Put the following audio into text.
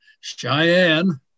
Cheyenne